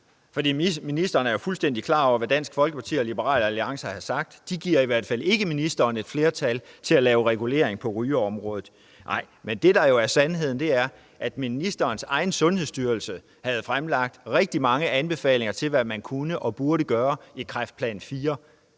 For ministeren er jo fuldstændig klar over, hvad Dansk Folkeparti og Liberal Alliance har sagt. De giver i hvert fald ikke ministeren et flertal til at lave reguleringer på rygeområdet. Nej, det, der er sandheden, er jo, at ministerens egen Sundhedsstyrelse havde fremlagt rigtig mange anbefalinger til, hvad man kunne og burde gøre i Kræftplan IV.